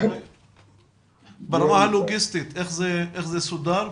ברמה הלוגיסטית איך זה סודר?